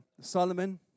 Solomon